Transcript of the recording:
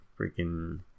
freaking